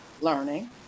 learning